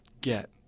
get